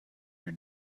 your